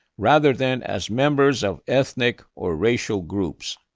rather than as members of ethnic or racial groups,